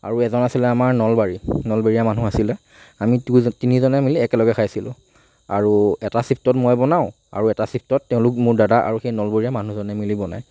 আৰু এজন আছিলে আমাৰ নলবাৰীৰ নলবৰীয়া মানুহ আছিলে আমি তিনিজনে মিলি একেলগে খাইছিলোঁ আৰু এটা চিফ্টত মই বনাওঁ আৰু এটা চিফ্টত তেওঁলোক মোৰ দাদা আৰু সেই নলবৰীয়া মানুহজনে মিলি বনায়